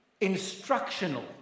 instructional